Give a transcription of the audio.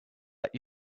let